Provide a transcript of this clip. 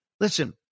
Listen